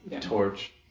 Torch